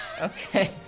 Okay